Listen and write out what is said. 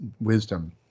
wisdom